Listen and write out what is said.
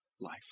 life